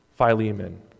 Philemon